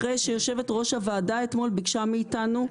אחרי שיושבת-ראש הוועדה אתמול ביקשה מאיתנו,